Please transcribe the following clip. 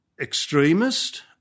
extremist